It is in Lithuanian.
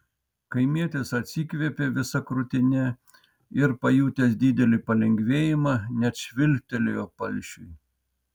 kaimietis atsikvėpė visa krūtine ir pajutęs didelį palengvėjimą net švilptelėjo palšiui